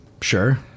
Sure